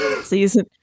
Season